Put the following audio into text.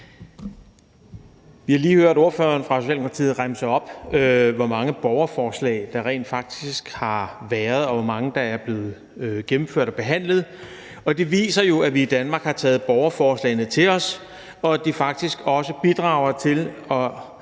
Vi har lige hørt ordføreren for Socialdemokratiet remse op, hvor mange borgerforslag der rent faktisk har været, og hvor mange der er blevet gennemført og behandlet, og det viser jo, at vi i Danmark har taget borgerforslagene til os, og at de faktisk også bidrager til at